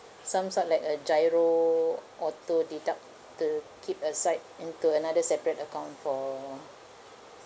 some sort like a GIRO auto deducted keep aside into another separate account for